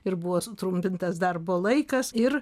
ir buvo sutrumpintas darbo laikas ir